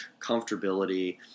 comfortability